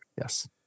Yes